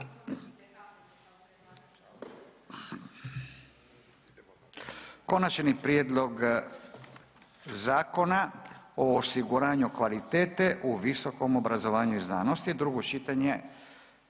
Konačni prijedlog Zakona o osiguravanju kvalitete u visokom obrazovanju i znanosti, drugo čitanje,